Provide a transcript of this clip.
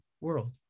world